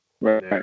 right